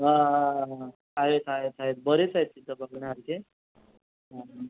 हां हां हां आहेत आहेत आहेत बरेच आहेत तिथे बघण्यासारखे हां